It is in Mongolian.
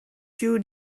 шүү